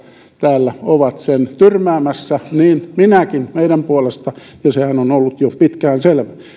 täällä ovat sen tyrmäämässä niin minäkin meidän puolestamme ja sehän on ollut jo pitkään selvä